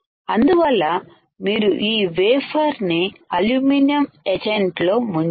అందువల్ల మీరు ఈ వేఫర్ ని అల్యూమినియం ఎచ్ఎంటి లో ముంచాలి